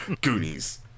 Goonies